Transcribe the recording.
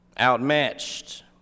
outmatched